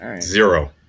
Zero